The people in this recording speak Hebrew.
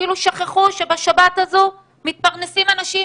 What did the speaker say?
כאילו שכחו שבשבת הזו מתפרנסים אנשים,